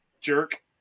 jerk